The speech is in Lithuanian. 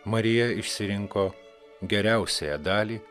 marija išsirinko geriausiąją dalį